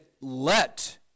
let